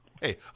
Hey